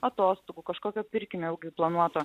atostogų kažkokio pirkinio ilgai planuoto